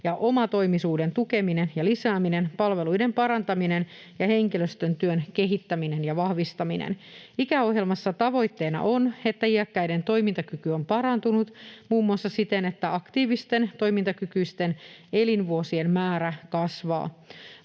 ja omatoimisuuden tukeminen ja lisääminen, palveluiden parantaminen ja henkilöstön työn kehittäminen ja vahvistaminen. Ikäohjelmassa tavoitteena on, että iäkkäiden toimintakyky on parantunut muun muassa siten, että aktiivisten, toimintakykyisten elinvuosien määrä kasvaa.